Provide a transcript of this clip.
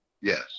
Yes